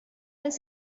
does